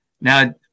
Now